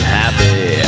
happy